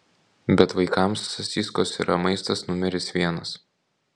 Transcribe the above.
bet vaikams sasyskos yra maistas numeris vienas